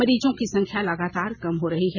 मरीजों की संख्या लगातार कम हो रही है